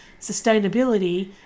sustainability